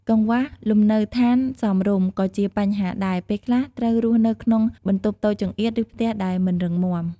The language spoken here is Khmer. កង្វះលំនៅឋានសមរម្យ ក៏ជាបញ្ហាដែរ ពេលខ្លះត្រូវរស់នៅក្នុងបន្ទប់តូចចង្អៀត ឬផ្ទះដែលមិនរឹងមាំ។